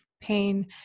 pain